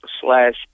slash